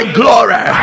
glory